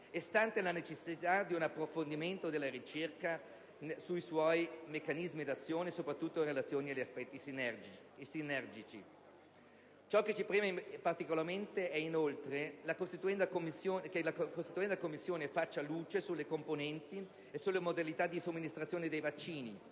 è altresì necessario un approfondimento della ricerca sui suoi meccanismi di azione, soprattutto in relazione agli aspetti sinergici. Ciò che ci preme particolarmente è, inoltre, che la costituenda Commissione faccia luce sulle componenti e le modalità di somministrazione dei vaccini